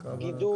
גידול,